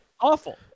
awful